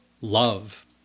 love